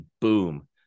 boom